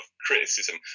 criticism